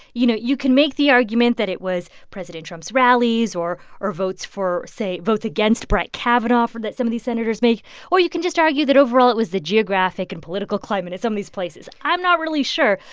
you know, you can make the argument that it was president trump's rallies or or votes for say, votes against brett kavanaugh that some of these senators made or you can just argue that overall it was the geographic and political climate at some of these places. i'm not really sure.